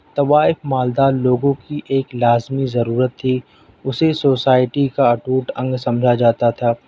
طوائف مالدار لوگوں کی ایک لازمی ضرورت تھی اسے سوسائٹی کا اٹوٹ انگ سمجھا جاتا تھا